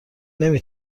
نمی